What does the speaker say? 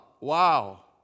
wow